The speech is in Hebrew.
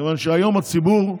מכיוון שהיום הציבור,